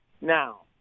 Now